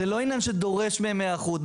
זה לא עניין שדורש מהם היערכות,